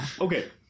Okay